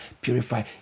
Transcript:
Purify